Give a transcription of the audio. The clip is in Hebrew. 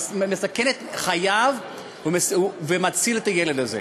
מסכן את חייו ומציל את הילד הזה?